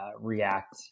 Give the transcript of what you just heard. react